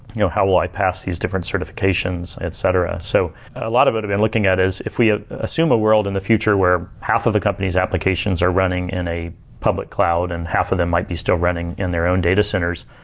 you know how will i pass these different certifications, etc? so a lot of what i've been looking at is if we ah assume a world in the future where half of the companies' applications are running in a public cloud and half of them might be still running in their own data centers.